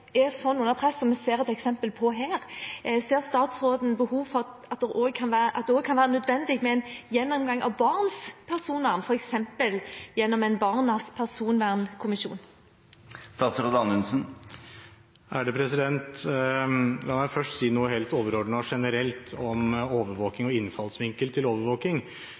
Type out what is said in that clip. press som vi ser eksempel på her, ser statsråden behov for at det også kan være nødvendig med en gjennomgang av barns personvern, f.eks. gjennom en barnas personvernkommisjon? La meg først si noe helt overordnet og generelt om overvåkning og innfallsvinkel til